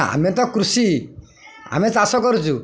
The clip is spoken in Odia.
ଆମେ ତ କୃଷି ଆମେ ଚାଷ କରୁଛୁ